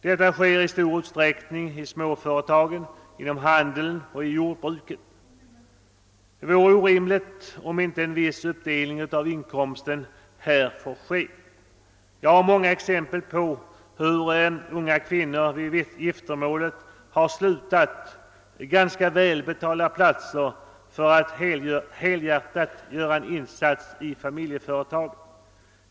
Detta sker i stor utsträckning i småföretagen inom handeln och i jordbruket. Det vore orimligt om inte en viss uppdelning av inkomsten här finge ske. Jag vet många exempel på hur unga kvinnor vid sitt giftermål slutat ganska välbetalda platser för att helhjärtat göra en insats i familjeföretaget.